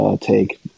take